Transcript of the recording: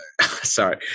Sorry